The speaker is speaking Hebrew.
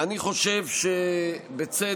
אני חושב שבצדק